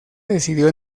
decidió